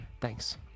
Thanks